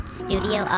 studio